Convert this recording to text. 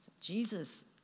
Jesus